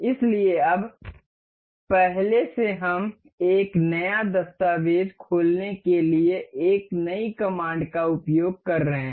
इसलिए अब पहले से हम एक नया दस्तावेज़ खोलने के लिए इस नई कमांड का उपयोग कर रहे हैं